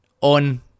on